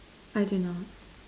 I do not